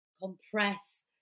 compress